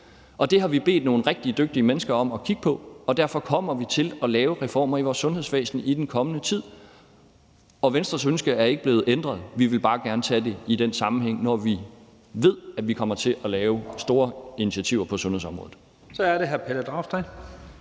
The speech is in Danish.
Det har vi bedt nogle rigtig dygtige mennesker om at kigge på, og derfor kommer vi til at lave reformer i vores sundhedsvæsen i den kommende tid. Venstres ønske er ikke blevet ændret. Vi vil bare gerne tage det i den sammenhæng, når vi ved, at vi kommer til at lave store initiativer på sundhedsområdet. Kl. 09:43 Første